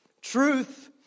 Truth